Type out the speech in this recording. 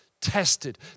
tested